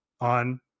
on